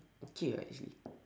okay right actually